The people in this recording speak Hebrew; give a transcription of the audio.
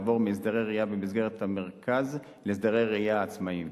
לעבור מהסדרי ראייה במסגרת המרכז להסדרי ראייה עצמאיים.